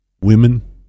Women